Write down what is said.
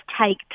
take